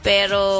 Pero